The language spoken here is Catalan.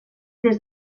des